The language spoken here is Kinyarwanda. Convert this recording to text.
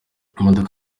imodoka